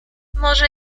może